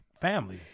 family